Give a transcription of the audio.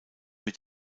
mit